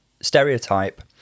stereotype